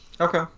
Okay